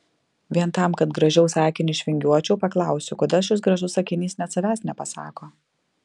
vien tam kad gražiau sakinį išvingiuočiau paklausiu kodėl šis gražus sakinys net savęs nepasako